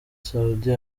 saudi